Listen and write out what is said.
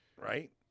right